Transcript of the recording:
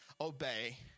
obey